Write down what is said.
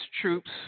troops